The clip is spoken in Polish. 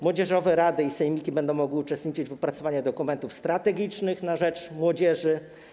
Młodzieżowe rady i sejmiki będą mogły uczestniczyć w opracowaniach dokumentów strategicznych na rzecz młodzieży.